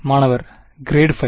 மாணவர் grade by